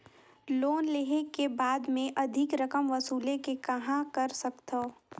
Loan लेहे के बाद मे अधिक रकम वसूले के कहां कर सकथव?